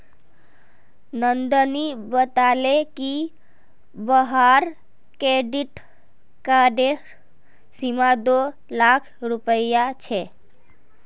नंदनी बताले कि वहार क्रेडिट कार्डेर सीमा दो लाख रुपए छे